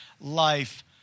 life